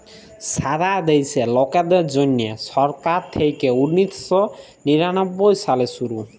ছারা দ্যাশে লকদের জ্যনহে ছরকার থ্যাইকে উনিশ শ নিরানব্বই সালে শুরু